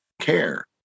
care